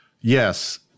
Yes